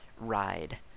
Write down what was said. ride